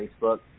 Facebook